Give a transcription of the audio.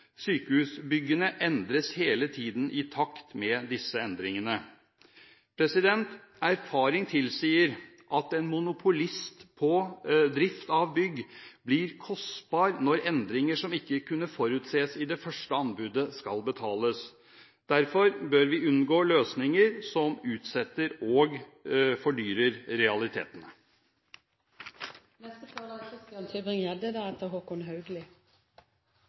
Sykehusbyggene endres hele tiden, i takt med disse endringene. Erfaring tilsier at en monopolist for drift av bygg blir kostbar når endringer som ikke kunne forutses i det første anbudet, skal betales. Derfor bør vi unngå løsninger som utsetter og fordyrer realitetene.